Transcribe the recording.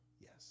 yes